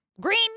Green